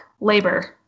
labor